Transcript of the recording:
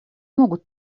могут